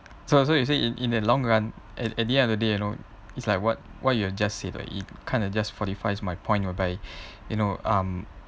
so so you say in in the long run at at the end of the day you know it's like what what you've just said it kind of just fortifies my point whereby you know um